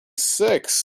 six